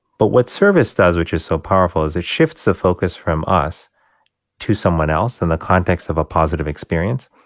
but what service does which is so powerful is it shifts the focus from us to someone else in the context of a positive experience.